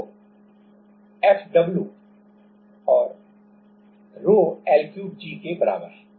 तो Fw ρ L3 g के बराबर है